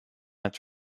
its